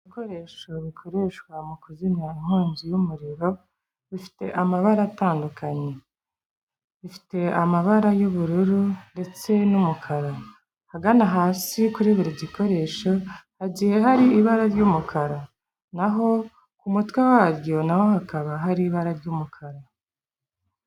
Ibikoresho bikoreshwa mu kuzimyara inkongi y'umuriro, bifite amabara atandukanye, bifite amabara y'ubururu ndetse n'umukara, ahagana hasi kuri buri gikoresho hagiye hari ibara ry'umukara, naho ku mutwe waryo n'aho hakaba hari ibara ry'umukara.